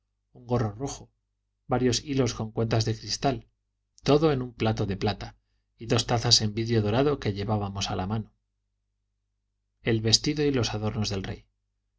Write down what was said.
un gorro rojo varios hilos con cuentas de cristal todo en un plato de plata y dos tazas de vidrio dorado que llevábamos a la mano el vestido y los adornos del rey